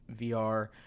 vr